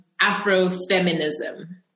afro-feminism